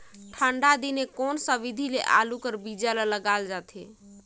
ठंडा दिने कोन सा विधि ले आलू कर बीजा ल लगाल जाथे?